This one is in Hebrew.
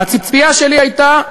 והציפייה שלי הייתה,